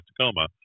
Tacoma